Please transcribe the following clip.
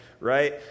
right